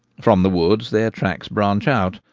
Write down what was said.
from the woods their tracks branch out,